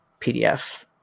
PDF